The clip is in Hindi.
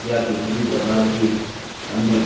या किसी भी प्रकार की अन्य